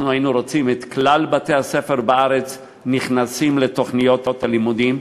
אנחנו היינו רוצים שכלל בתי-הספר בארץ ייכנסו לתוכניות הלימודים,